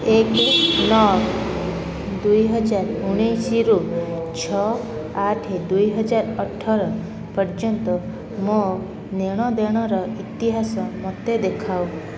ଏକ ନଅ ଦୁଇ ହଜାର ଉଣେଇଶରୁ ଛଅ ଆଠ ଦୁଇ ହଜାର ଅଠର ପର୍ଯ୍ୟନ୍ତ ମୋ ନେଣଦେଣର ଇତିହାସ ମୋତେ ଦେଖାଅ